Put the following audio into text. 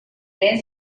lehen